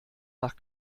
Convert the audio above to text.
nach